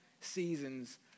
seasons